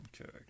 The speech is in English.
okay